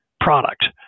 product